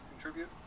contribute